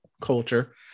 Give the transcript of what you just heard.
culture